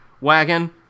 wagon